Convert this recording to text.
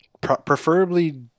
preferably